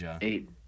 eight